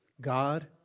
God